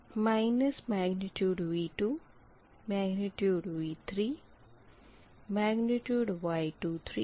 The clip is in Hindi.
उसके बाद माइनस V2 फिर V3 फिर Y23 फिर sin23 23